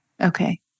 Okay